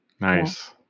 Nice